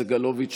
סגלוביץ',